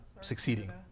succeeding